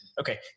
Okay